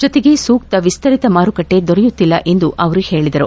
ಜೊತೆಗೆ ಸೂಕ್ತ ವಿಸ್ತರಿತ ಮಾರುಕಟ್ಟೆ ದೊರೆಯುತ್ತಿಲ್ಲ ಎಂದು ಅವರು ಹೇಳಿದರು